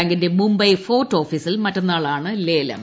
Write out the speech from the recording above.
ബാങ്കിന്റെ മുംബൈ ഫോർട്ട് ഓഫീസിൽ മറ്റന്നാൾ ആണ് ലേലം